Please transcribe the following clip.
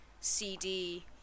CD